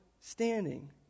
standing